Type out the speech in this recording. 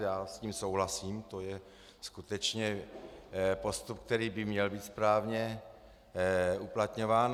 Já s tím souhlasím, to je skutečně postup, který by měl být správně uplatňován.